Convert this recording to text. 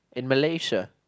in Malaysia